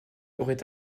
aurait